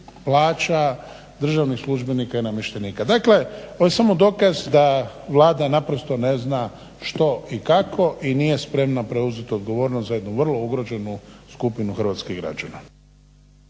plaća državnih službenika i namještenika. Dakle, ovo je samo dokaz da Vlada naprosto ne zna što i kako i nije spremna preuzeti odgovornost za jednu vrlo ugroženu skupinu hrvatskih građana.